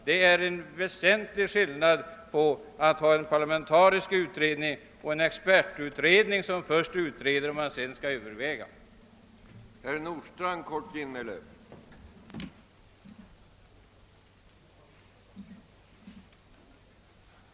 Det är en väsentlig skillnad mellan att ha en parlamentarisk utredning och att först ha en expertutredning och sedan få lov att överväga vad den har resulterat i.